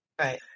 Right